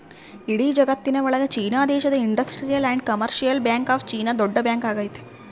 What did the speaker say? ಇಡೀ ಜಗತ್ತಿನ ಒಳಗ ಚೀನಾ ದೇಶದ industrial and commercial bank of China ದೊಡ್ಡ ಬ್ಯಾಂಕ್ ಆಗೈತೆ